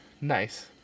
nice